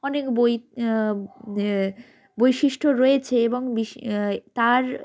অনেক বৈশিষ্ট্য রয়েছে এবং তার